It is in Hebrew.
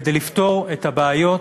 כדי לפתור את הבעיות